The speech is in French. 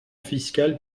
fiscale